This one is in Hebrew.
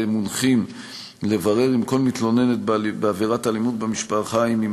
והם מונחים לברר עם כל מתלוננת בעבירת אלימות במשפחה אם היא